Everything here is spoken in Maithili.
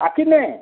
अखने